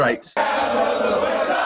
straight